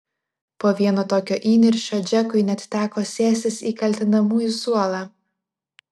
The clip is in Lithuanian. po vieno tokio įniršio džekui net teko sėstis į kaltinamųjų suolą